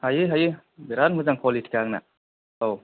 हायो हायो बिराद मोजां कुवालिटिखा आंना औ